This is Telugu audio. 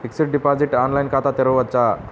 ఫిక్సడ్ డిపాజిట్ ఆన్లైన్ ఖాతా తెరువవచ్చా?